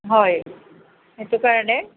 হয় সেইটো কাৰণে